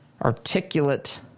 articulate